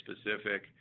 specific